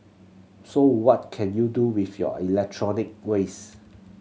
so what can you do with your electronic waste